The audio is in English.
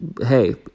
hey